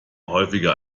häufiger